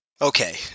Okay